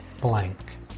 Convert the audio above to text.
blank